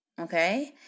Okay